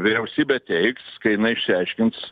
vyriausybė teiks kai jinai išsiaiškins